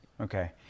Okay